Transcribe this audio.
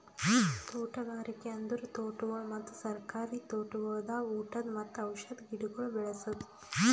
ತೋಟಗಾರಿಕೆ ಅಂದುರ್ ತೋಟಗೊಳ್ ಮತ್ತ ಸರ್ಕಾರಿ ತೋಟಗೊಳ್ದಾಗ್ ಊಟದ್ ಮತ್ತ ಔಷಧ್ ಗಿಡಗೊಳ್ ಬೆ ಳಸದ್